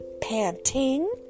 panting